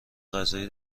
غذایی